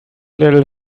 little